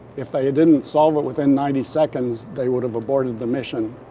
if they didn't solve it within ninety seconds, they would have aborted the mission.